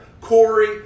Corey